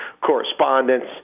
correspondence